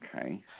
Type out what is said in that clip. Okay